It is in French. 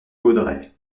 vaudrey